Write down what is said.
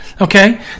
Okay